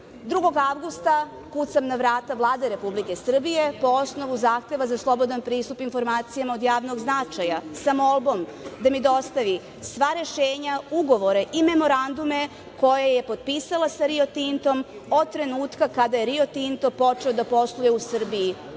2. avgusta kucam na vrata Vlade Republike Srbije po osnovu zahteva za slobodan pristup informacijama od javnog značaja sa molbom da mi dostavi sva rešenja, ugovore i memorandume koje je potpisala sa Rio Tintom, od trenutka kada je Rio Tinto počeo da posluje u Srbiji.